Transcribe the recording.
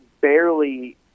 barely